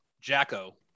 jacko